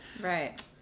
right